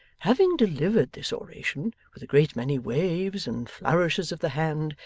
having delivered this oration with a great many waves and flourishes of the hand,